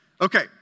Okay